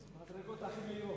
המדרגות הכי מהירות.